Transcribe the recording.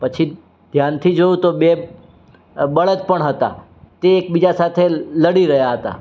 પછી ધ્યાનથી જોયું તો બે બળદ પણ હતા તે એકબીજા સાથે લડી રહ્યા હતા